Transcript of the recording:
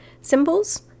symbols